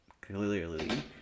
clearly